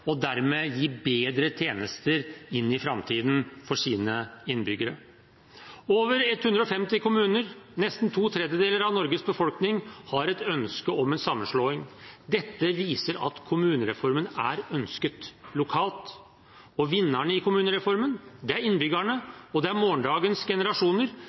og dermed gi bedre tjenester inn i framtiden for sine innbyggere. Over 150 kommuner, nesten to tredjedeler av Norges befolkning, har et ønske om en sammenslåing. Dette viser at kommunereformen er ønsket lokalt. Vinnerne i kommunereformen er innbyggerne, og det er morgendagens generasjoner.